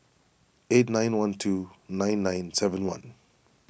eight nine one two nine nine seven one